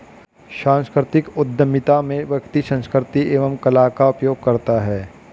सांस्कृतिक उधमिता में व्यक्ति संस्कृति एवं कला का उपयोग करता है